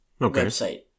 website